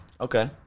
Okay